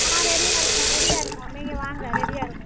ஆமாம் ரெடியா கஇருக்கும் ரெடியாக இருக்கும் நீங்கள் வாங்க ரெடியாக இருக்கும்